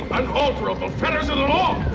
unalterable fetters of the law,